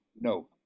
no